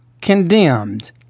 condemned